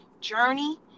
journey